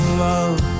love